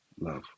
Love